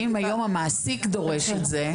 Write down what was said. אם היום המעסיק דורש את זה,